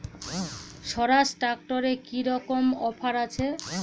স্বরাজ ট্র্যাক্টরে কি রকম অফার আছে?